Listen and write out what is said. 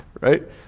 Right